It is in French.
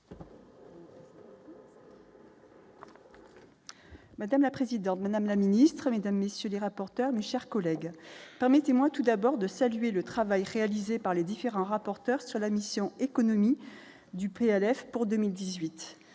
Madame la présidente, Madame la Ministre Mesdames, messieurs les rapporteurs du chers collègues permettez-moi tout d'abord de saluer le travail réalisé par les différents rapporteurs sur la mission économie du PLF pour 2018